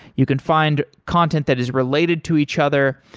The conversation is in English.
you can find content that is related to each other,